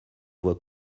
voit